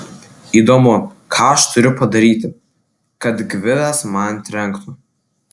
įdomu ką aš turiu padaryti kad gvidas man trenktų